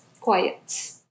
quiet